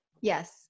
Yes